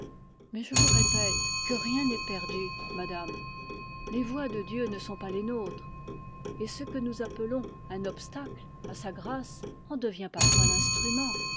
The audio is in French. vie je vous répète que rien n'est perdu madame les voies de dieu ne sont pas les nôtres et ce que nous appelons un obstacle à sa grâce en devient parfois l'instrument